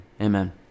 amen